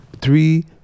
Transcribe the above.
Three